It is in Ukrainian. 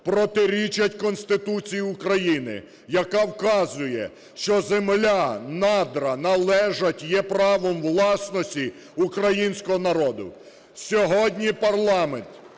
протирічать Конституції України, яка вказує, що земля, надра належать, є правом власності українського народу. Сьогодні парламент